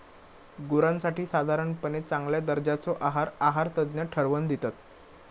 गुरांसाठी साधारणपणे चांगल्या दर्जाचो आहार आहारतज्ञ ठरवन दितत